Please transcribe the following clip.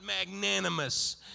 magnanimous